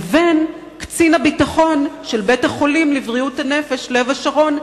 לבין קצין הביטחון של בית-החולים לבריאות הנפש "לב השרון",